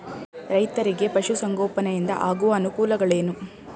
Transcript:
ರೈತರಿಗೆ ಪಶು ಸಂಗೋಪನೆಯಿಂದ ಆಗುವ ಅನುಕೂಲಗಳೇನು?